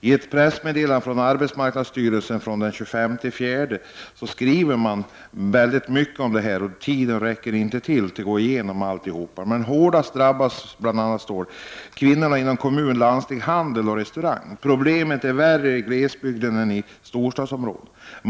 I ett pressmeddelande från arbetsmarknadsstyrelsen från den 25 april står det mycket om detta. Tiden räcker inte till att gå igenom allt. Men där framgår bl.a. att: ”Hårdast drabbade är kvinnor inom kommun, landsting, handel och restaurang. Problemen är värre i glesbygden än i storstadsområdena.